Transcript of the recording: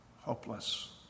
hopeless